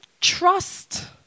trust